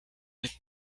with